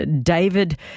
David